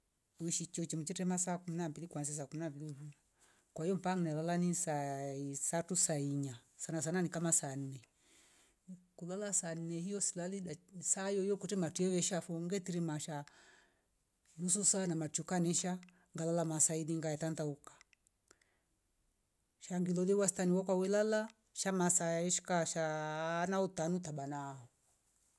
Ishicho chomchocheta masaa kumi na mbili kuanzia saa kumbili vo, kwa hio mpaka nalala ni saaa isatu saa inya sana sana ni kama saa nne kulala saa nne hio silali dak ni saa hiohio kutematye shafungile tiri masha nusu saa na machoka mesha ngalala masaa ilingi nga tanda huka, shangilole wastani waku wawelala sha masa heshka shaaa na utaanu tabana